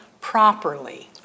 properly